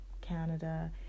Canada